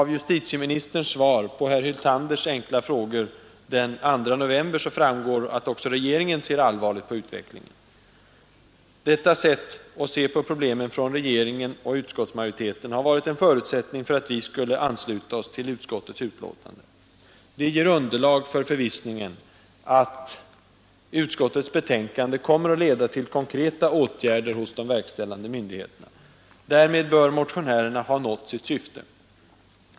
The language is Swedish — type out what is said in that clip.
Av justitieministerns svar på herr Hyltanders enkla frågor den 2 november framgår, att också regeringen ser allvarligt på utvecklingen. Detta regeringens och utskottsmajoritetens sätt att se på problemen har varit en förutsättning för att vi skulle ansluta oss till utskottets betänkande. Det ger underlag för förvissningen att utskottets betänkande kommer att leda till konkreta åtgärder av de verkställande myndigheterna. Därmed bör motionärerna ha nått sitt syfte.